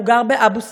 הוא גר באבו-סנאן.